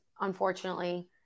unfortunately